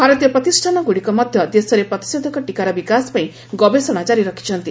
ଭାରତୀୟ ପ୍ରତିଷ୍ଠାନଗୁଡିକ ମଧ୍ୟ ଦେଶରେ ପ୍ରତିଷେଧକ ଟୀକାର ବିକାଶ ପାଇଁ ଗବେଷଣା ଜାରି ରଖିଛନ୍ତି